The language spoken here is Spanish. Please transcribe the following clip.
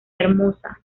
hermosa